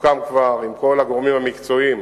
וסוכם כבר עם כל הגורמים המקצועיים,